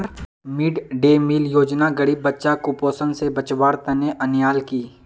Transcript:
mid day meal योजना गरीब बच्चाक कुपोषण स बचव्वार तने अन्याल कि